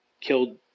Killed